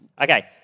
Okay